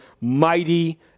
mighty